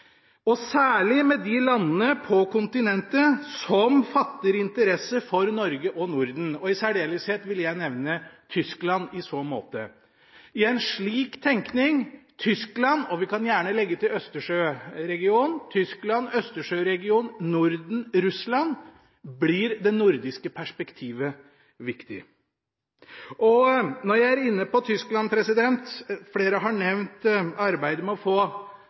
og særlig for de landene på kontinentet som fatter interesse for Norge og Norden. I særdeleshet vil jeg nevne Tyskland i så måte – og vi kan gjerne legge til Østersjøregionen, Norden, Russland. I en slik tenkning blir det nordiske perspektivet viktig. Når jeg er inne på Tyskland, har flere nevnt arbeidet med å få